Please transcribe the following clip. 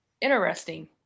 interesting